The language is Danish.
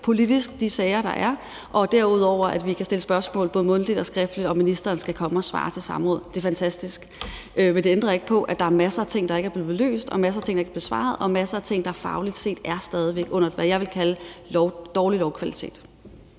diskutere de sager, der er, og derudover at vi kan stille spørgsmål både mundtligt og skriftligt, og at ministeren skal komme og svare i samråd. Det er fantastisk. Men det ændrer ikke på, at der er masser af ting, der ikke er blevet belyst, og masser af ting, der ikke er blevet besvaret, og masser af ting, der fagligt set stadig væk er under det, jeg vil kalde dårlig lovkvalitet.